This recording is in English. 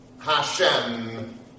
Hashem